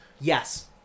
Yes